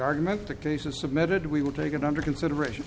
argument the case is submitted we will take it under consideration